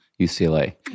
UCLA